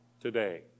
today